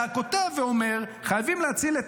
אתה כותב ואומר: "חייבים להציל את